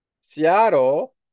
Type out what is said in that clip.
Seattle